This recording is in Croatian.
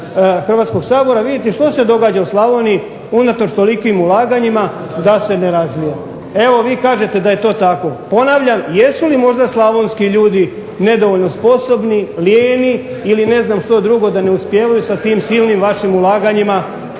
Hrvatskoga sabora, vidjeti što se događa u Slavoniji unatoč tolikim ulaganjima da se ne razvija. Evo, vi kažete da je to tako. Ponavljam, jesu li možda Slavonski ljudi nedovoljno sposobni, lijeni, da ne uspijevaju sa tim silnim vašim ulaganjima